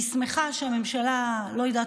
אני שמחה שהממשלה לא יודעת,